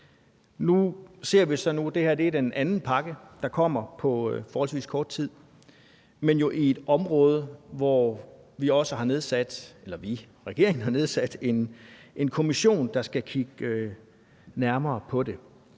Nu ser vi så, at det her er den anden pakke, der kommer på forholdsvis kort tid, og på et område, hvor regeringen har nedsat en kommission, der skal kigge nærmere på det.